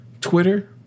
Twitter